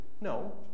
No